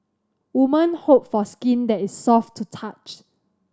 women hope for skin that is soft to touch